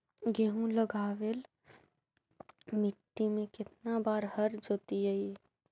गेहूं लगावेल मट्टी में केतना बार हर जोतिइयै?